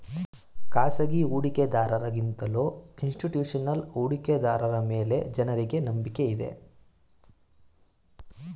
ಖಾಸಗಿ ಹೂಡಿಕೆದಾರರ ಗಿಂತಲೂ ಇನ್ಸ್ತಿಟ್ಯೂಷನಲ್ ಹೂಡಿಕೆದಾರರ ಮೇಲೆ ಜನರಿಗೆ ನಂಬಿಕೆ ಇದೆ